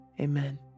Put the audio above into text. amen